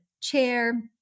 chair